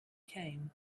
came